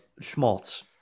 schmaltz